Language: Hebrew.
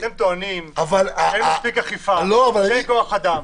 אבל --- אתם טוענים שאין מספיק אכיפה כי אין כוח אדם.